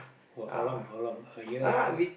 for how long how long a year or two